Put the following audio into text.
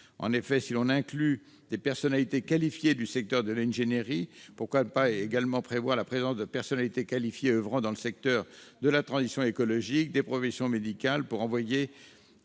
En effet, si l'on inclut des personnalités qualifiées du secteur de l'ingénierie, pourquoi ne pas également prévoir la présence de personnalités qualifiées oeuvrant dans le secteur de la transition écologique, des professions médicales pour participer